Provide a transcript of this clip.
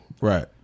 Right